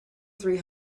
three